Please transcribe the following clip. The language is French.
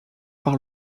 par